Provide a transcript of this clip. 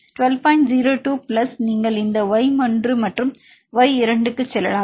02 plus நீங்கள் இந்த y ஒன்று மற்றும் y 2 க்கு செல்லலாம்